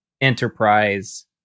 enterprise